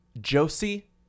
Josie